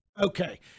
Okay